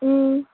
మ్మ్